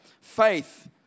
Faith